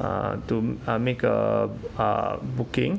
uh to make a uh booking